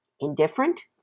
Indifferent